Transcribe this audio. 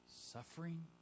Suffering